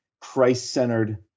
Christ-centered